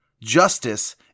justice